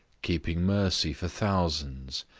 keeping mercy for thousands,